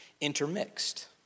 intermixed